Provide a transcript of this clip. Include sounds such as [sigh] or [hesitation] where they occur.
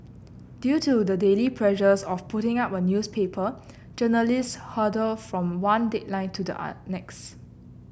due to the daily pressures of putting out a newspaper journalists hurtle from one deadline to the [hesitation] next